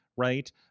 right